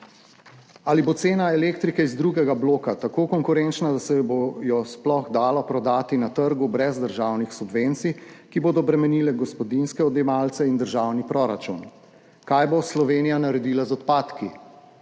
Ali bo cena elektrike iz drugega bloka tako konkurenčna, da se bo jo sploh dalo prodati na trgu brez državnih subvencij, ki bodo bremenile gospodinjske odjemalce in državni proračun? Kaj bo Slovenija naredila z odpadki?